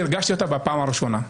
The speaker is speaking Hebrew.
שהרגשתי אותה בפעם הראשונה.